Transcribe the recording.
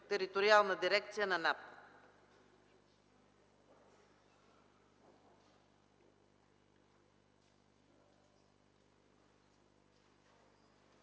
териториална дирекция на НАП.